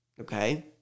okay